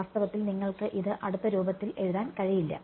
വാസ്തവത്തിൽ നിങ്ങൾക്ക് ഇത് അടുത്ത രൂപത്തിൽ എഴുതാൻ കഴിയില്ല